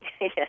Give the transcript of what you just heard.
Yes